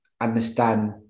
understand